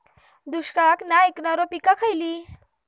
दुष्काळाक नाय ऐकणार्यो पीका खयली?